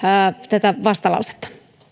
tätä vastalausetta